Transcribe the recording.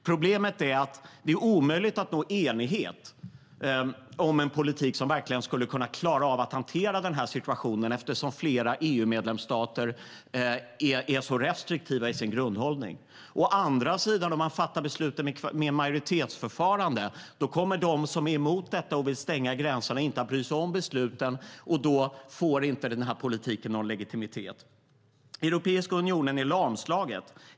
Problemet är att det är omöjligt att nå enighet om en politik som verkligen skulle kunna klara av att hantera situationen eftersom flera EU-medlemsstater är så restriktiva i sin grundhållning. Om man fattar besluten med majoritetsförfarande kommer å andra sidan de som är emot detta och som vill stänga gränserna inte att bry sig om besluten. Då får inte politiken någon legitimitet. Europeiska unionen är lamslagen.